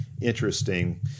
interesting